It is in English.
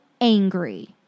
angry